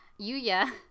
Yuya